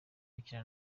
gukina